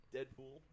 Deadpool